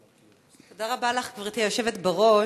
תודה רבה לך, גברתי היושבת בראש.